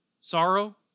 sorrow